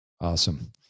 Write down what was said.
Awesome